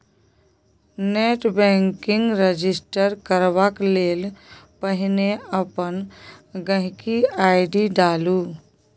net banking register करबाक लेल पहिने अपन गांहिकी आइ.डी डालु